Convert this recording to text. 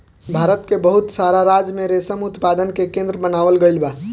भारत के बहुत सारा राज्य में रेशम उत्पादन के केंद्र बनावल गईल बा